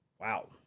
Wow